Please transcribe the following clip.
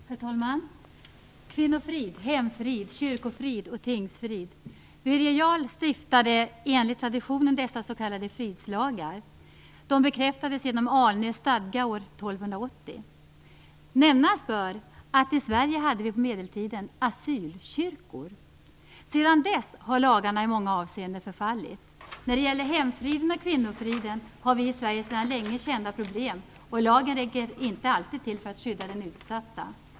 Herr talman! Kvinnofrid, hemfrid, kyrkofrid och tingsfrid. Birger Jarl stiftade enligt traditionen dessa s.k. fridslagar. De bekräftades genom Alnö stadga år Nämnas bör att i Sverige hade vi på medeltiden asylkyrkor. Sedan dess har lagarna i många avseenden förfallit. När det gäller hemfriden och kvinnofriden har vi i Sverige sedan länge kända problem. Lagen räcker inte alltid till för att skydda den utsatta.